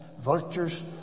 vultures